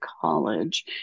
college